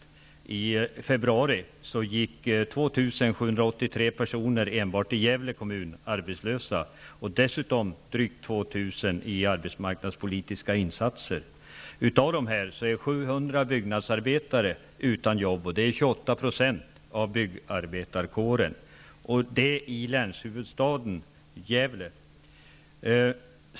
I personer i arbetsmarknadspolitiska insatser. Av de här personerna är 700 byggnadsarbetare utan jobb, och det är 28 % av byggarbetarkåren -- detta i länshuvudstaden Gävle.